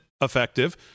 effective